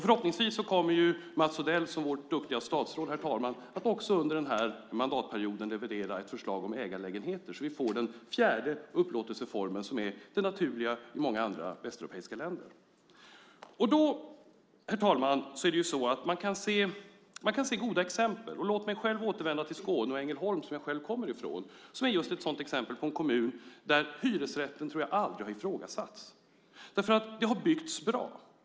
Förhoppningsvis kommer Mats Odell, vårt duktiga statsråd, herr talman, också under den här mandatperioden att leverera ett förslag om ägarlägenheter så att vi får den fjärde upplåtelseformen, som är naturlig i många andra västeuropeiska länder. Herr talman! Man kan se goda exempel. Låt mig ta upp Skåne och Ängelholm, som jag själv kommer ifrån, som är just ett sådant exempel på en kommun där hyresrätten aldrig har ifrågasatts, därför att det har byggts bra.